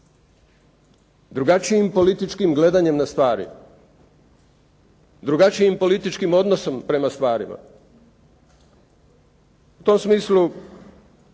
drugačijim političkim gledanjem na stvari, drugačijim političkim odnosom prema stvarima. U tom smislu,